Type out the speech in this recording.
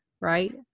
right